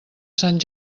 sant